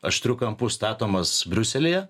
aštriu kampu statomas briuselyje